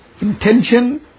Intention